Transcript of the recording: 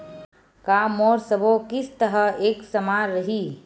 का मोर सबो किस्त ह एक समान रहि?